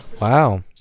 Wow